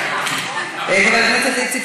ואתה,